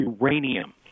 uranium